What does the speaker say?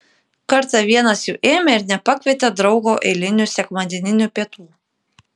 kartą vienas jų ėmė ir nepakvietė draugo eilinių sekmadieninių pietų